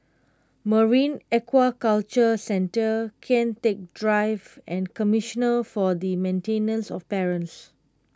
Marine Aquaculture Centre Kian Teck Drive and Commissioner for the Maintenance of Parents